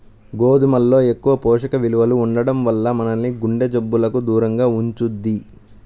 గోధుమల్లో ఎక్కువ పోషక విలువలు ఉండటం వల్ల మనల్ని గుండె జబ్బులకు దూరంగా ఉంచుద్ది